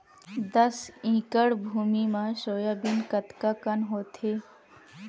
दस एकड़ भुमि म सोयाबीन कतका कन होथे?